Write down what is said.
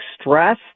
stress